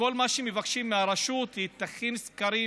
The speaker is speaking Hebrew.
שכל מה שמבקשים מהרשות, שהיא תכין סקרים,